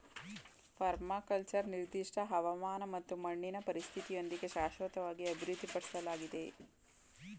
permaculture ನಿರ್ದಿಷ್ಟ ಹವಾಮಾನ ಮತ್ತು ಮಣ್ಣಿನ ಪರಿಸ್ಥಿತಿಯೊಂದಿಗೆ ಶಾಶ್ವತವಾಗಿ ಅಭಿವೃದ್ಧಿಪಡ್ಸಲಾಗಿದೆ